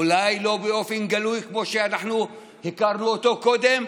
אולי לא באופן גלוי כמו שאנחנו הכרנו אותו קודם,